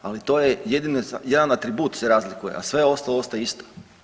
Ali to je jedan atribut se razlikuje, a sve ostalo ostaje isto.